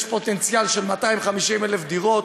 יש פוטנציאל של 250,000 דירות.